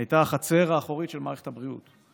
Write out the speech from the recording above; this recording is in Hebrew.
הייתה החצר האחורית של מערכת הבריאות.